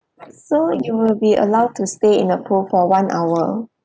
so you will be allowed to stay in the pool for one hour